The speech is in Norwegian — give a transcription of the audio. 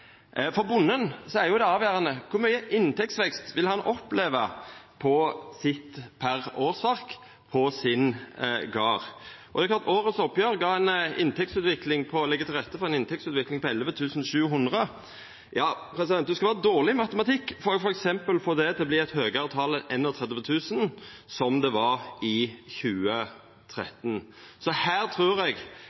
For bonden er det avgjerande kor mykje inntektsvekst han vil oppleva per årsverk på garden sin. Oppgjeret i år legg til rette for ei inntektsutvikling på 11 700 kr. Ein skal vera dårleg i matematikk for f.eks. å få det til å verta eit høgare tal enn 31 000, som det var i 2013. Så her trur eg